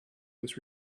was